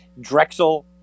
Drexel